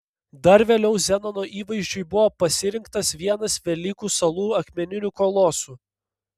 dar vėliau zenono įvaizdžiui buvo pasirinktas vienas velykų salų akmeninių kolosų